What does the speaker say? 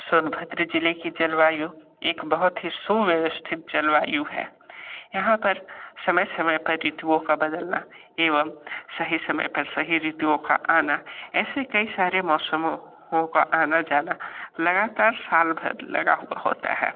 सोनभद्र ज़िले की जलवायु एक बहुत ही सुव्यवस्थित जलवायु है यहाँ पर समय समय पर ऋतुओं का बदलना एवं सही समय पर सही ऋतुओं का आना ऐसे कई सारे मौसमों हों का आना जाना लगातार साल भर लगा हुआ होता है